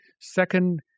Second